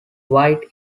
white